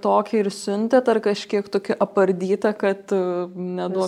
tokį ir siuntėt ar kažkiek tokį apardytą kad neduo